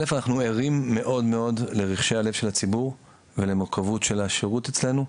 אנחנו ערים מאוד מאוד לרחשי הלב של הציבור ולמורכבות של השירות אצלנו.